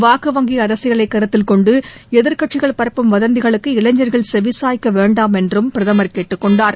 வாக்கு வங்கி அரசியலை கருத்தில் கொண்டு எதிர்க்கட்சிகள் பரப்பும் வதந்திகளுக்கு இளைஞர்கள் செவி சாய்க்க வேண்டாம் என்றும் பிரதமர் கேட்டுக் கொண்டார்